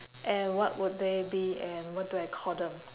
and what would they be and what I do call them